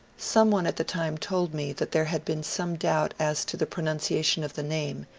some one at the time told me that there had been some doubt as to the pronunciation of the name,